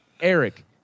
Eric